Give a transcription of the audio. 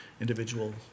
individual